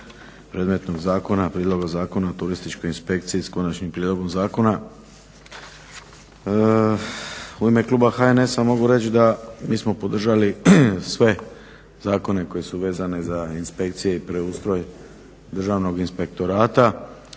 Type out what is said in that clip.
predmetnog zakona, prijedloga Zakona o Turističkoj inspekciji s konačnim prijedlogom zakona. U ime kluba HNS-a mogu reći da mi smo podržali sve zakone koji su vezani za inspekcije i preustroj Državnog inspektorata